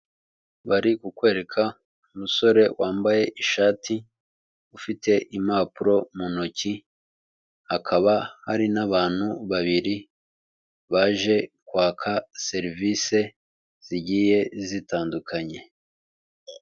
Bari kukwereka umusore wambaye ishati ufite impapuro mu ntoki hakaba hari n'abantu babiri baje kwaka serivisi zigiye zitandukanye.